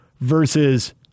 versus